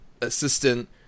assistant